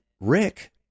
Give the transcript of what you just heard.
Rick